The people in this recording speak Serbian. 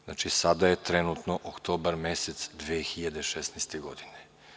Znači, sada je trenutno oktobar mesec 2016. godine.